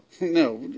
No